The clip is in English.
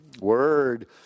word